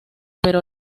pero